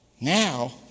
Now